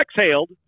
exhaled